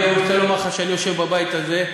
אני רוצה לומר לך שאני יושב בבית הזה,